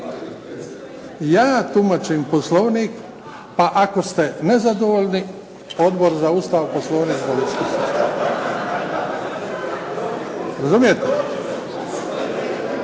Ja tumačim Poslovnik, pa ako ste nezadovoljni, Odbor za Ustav, Poslovnik i politički sustav. Razumijete.